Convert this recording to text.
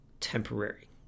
temporary